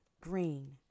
Green